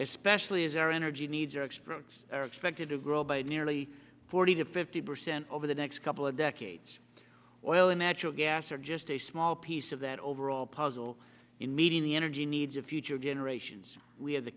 especially as our energy needs are experts are expected to grow by nearly forty to fifty percent over the next couple of decades oil and natural gas are just a small piece of that overall puzzle in meeting the energy needs of future generations we have the